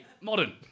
modern